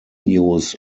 use